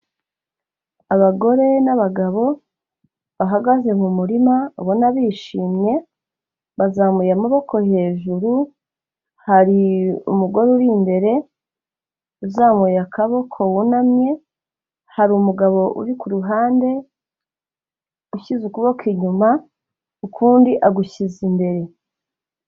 Abagore n'abagabo bahagaze mu murima, ubona bishimye, bazamuye amaboko hejuru, hari umugore uri imbere uzamuye akaboko wunamye, hari umugabo uri ku ruhande ushyize ukuboko inyuma, ukundi agushyize imbere.